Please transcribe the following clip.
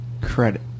credit